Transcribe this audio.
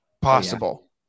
possible